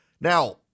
Now